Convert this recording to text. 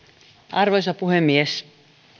arvoisa puhemies